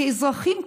כאזרחים,